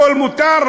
הכול מותר,